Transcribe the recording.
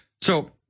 So-